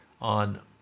on